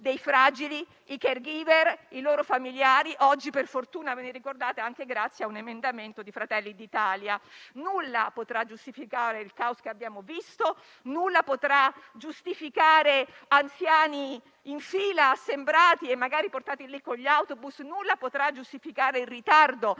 dei fragili, i *caregiver* e i loro familiari. Oggi - per fortuna - ve ne ricordate, e anche grazie a un emendamento di Fratelli d'Italia. Nulla potrà giustificare il *caos* che abbiamo visto. Nulla potrà giustificare anziani in fila, assembrati e magari portati con gli autobus. Nulla potrà giustificare il ritardo